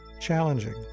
challenging